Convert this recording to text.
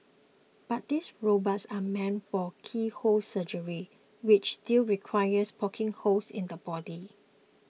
but these robots are meant for keyhole surgery which still requires poking holes in the body